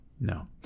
No